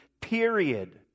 period